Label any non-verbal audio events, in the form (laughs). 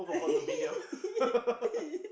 (laughs)